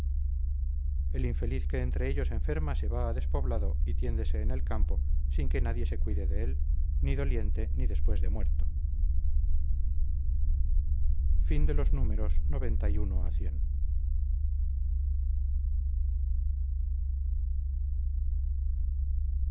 el infeliz que entre ellos enferma se va a despoblado y tiéndese en el campo sin que nadie se cuide de él ni doliente ni después de muerto